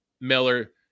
Miller